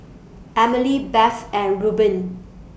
Emely Beth and Reubin